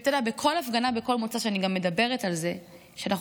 בכל הפגנה בכל מוצ"ש אני גם מדברת על זה שאנחנו